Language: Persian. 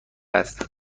است